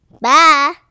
Bye